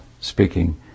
speaking